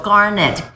Garnet